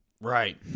Right